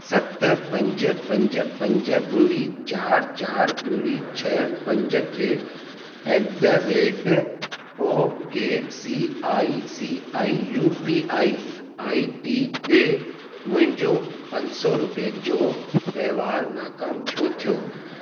सत पंज पंज पंज ॿुड़ी चार चार ॿुड़ी छह पंज टे at the rate O K C I C I U P I I D ॾे मुंहिंजो पंज सौ रुपियनि जो वहिंवारु नाकामु छो थियो